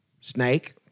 Snake